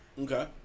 Okay